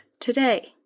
today